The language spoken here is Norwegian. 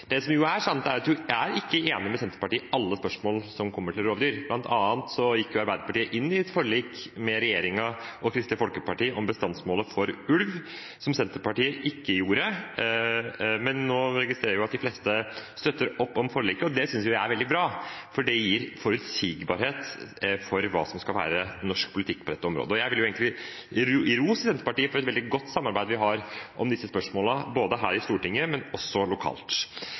Det som er sant, er at vi ikke er enig med Senterpartiet i alle spørsmål som gjelder rovdyr. Arbeiderpartiet gikk bl.a. inn i et forlik med regjeringen og Kristelig Folkeparti om bestandsmålet for ulv, noe Senterpartiet ikke gjorde. Nå registrerer vi at de fleste støtter opp om forliket, og det synes jeg er veldig bra, for det gir forutsigbarhet for hva som skal være norsk politikk på dette området. Jeg vil egentlig gi ros til Senterpartiet for at vi har et veldig godt samarbeid om disse spørsmålene både her i Stortinget og også lokalt.